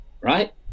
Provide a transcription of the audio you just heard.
right